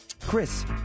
Chris